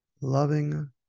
loving